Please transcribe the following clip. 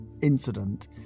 incident